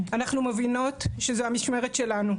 אנחנו מבינות שזו המשמרת שלנו,